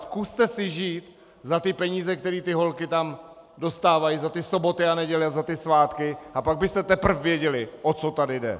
Zkuste si žít za ty peníze, které ty holky tam dostávají za ty sobotu a neděle a za ty svátky, a pak byste teprv věděli, o co tady jde.